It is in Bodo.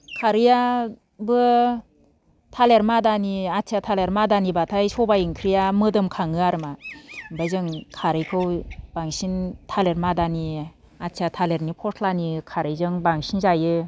खारैआबो थालिर मादानि आथिया थालिर मादानिब्लाथाय सबाय ओंख्रिया मोदोमखाङो आरो मा ओमफाय जों खारैखौ बांसिन थालिर मादानि आथिया थालिरनि फस्लानि खारैजों बांसिन जायो